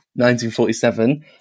1947